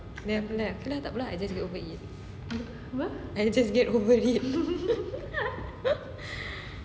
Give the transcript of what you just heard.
tak tak hendak tak apa lah just get over eat I just get over eat